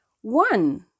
One